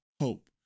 hope